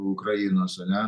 ukrainos ane